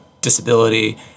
disability